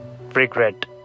regret